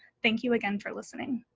thank you again for listening.